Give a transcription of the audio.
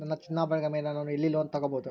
ನನ್ನ ಚಿನ್ನಾಭರಣಗಳ ಮೇಲೆ ನಾನು ಎಲ್ಲಿ ಲೋನ್ ತೊಗೊಬಹುದು?